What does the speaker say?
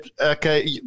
Okay